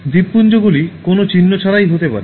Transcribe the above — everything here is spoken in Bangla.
দ্বীপপুঞ্জগুলি কোনও চিহ্ন ছাড়াই হতে পারে